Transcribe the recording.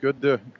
good